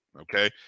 Okay